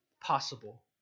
possible